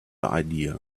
idea